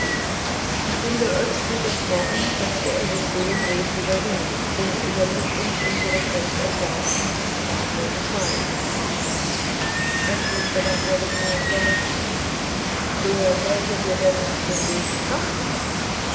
nachdem der oetsch so gesprochen setzte er sich seelenruhig wieder hin und überließ uns unserem recht erstaunten und ratlosen schweigen endlich begann der rittmeister wer sollte dir denn nach dem leben trachten